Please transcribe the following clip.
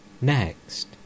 Next